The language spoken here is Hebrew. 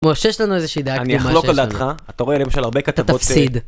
משה יש לנו איזה שהיא דעה קטנה, אני אחלוק עליך, אתה רואה למשל הרבה כתבות, אתה תפסיד.